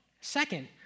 Second